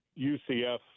UCF